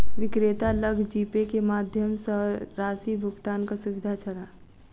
विक्रेता लग जीपे के माध्यम सॅ राशि भुगतानक सुविधा छल